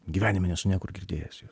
gyvenime nesu niekur girdėjęs jų